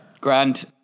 grand